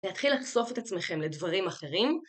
להתחיל לחשוף את עצמכם לדברים אחרים,